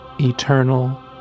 eternal